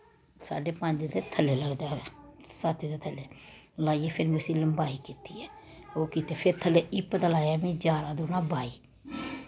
साड्डे पंज दे थल्ले लगदा ऐ सत्त दे थल्ले लाईयै फिर में उस्सी लम्बाई कीती ऐ ओह् करियै फिर में थल्ले लाई हिप्प दा जारां दूने बाई